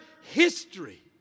history